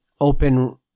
open